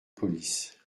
police